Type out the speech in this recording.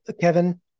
kevin